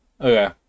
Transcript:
okay